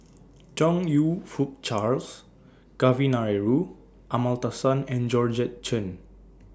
Chong YOU Fook Charles Kavignareru Amallathasan and Georgette Chen